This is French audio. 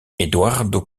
eduardo